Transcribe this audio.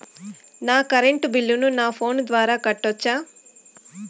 నా కరెంటు బిల్లును నా ఫోను ద్వారా కట్టొచ్చా?